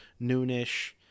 noonish